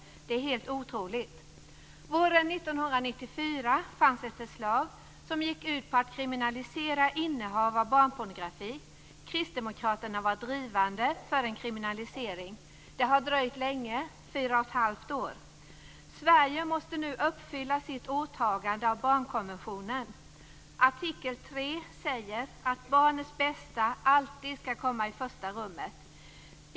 Detta är helt otroligt. Våren 1994 fanns det ett förslag som gick ut på att kriminalisera innehav av barnpornografi. Kristdemokraterna var drivande för en kriminalisering. Det har dröjt länge, fyra och ett halvt år. Sverige måste nu uppfylla sitt åtagande beträffande barnkonventionen. Artikel 3 säger att barnets bästa alltid skall komma i första rummet.